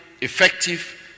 effective